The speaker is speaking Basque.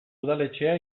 udaletxea